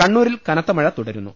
കണ്ണൂരിൽ കനത്ത മഴ തുടരുന്നു